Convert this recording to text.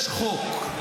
יש חוק.